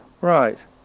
Right